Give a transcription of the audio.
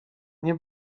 nie